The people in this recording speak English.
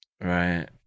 right